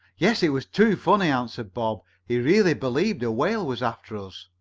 yes. it was too funny, answered bob. he really believed a whale was after us.